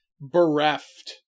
bereft